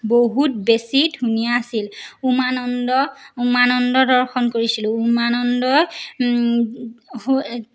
বহুত বেছি ধুনীয়া আছিল উমানন্দ উমানন্দ দৰ্শন কৰিছিলোঁ উমানন্দ